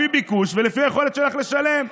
לפי ביקוש ולפי היכולת שלך לשלם.